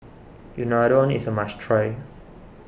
Unadon is a must try